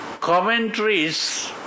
commentaries